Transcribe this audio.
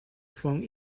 from